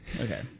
Okay